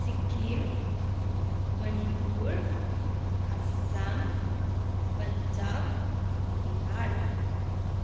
Sikkim Manipur Assam Punjab Bihar